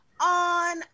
on